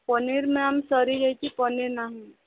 paneer ma'am ସରିଯାଇଛି ପନିର୍ ନାହିଁ